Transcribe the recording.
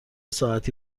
ساعتی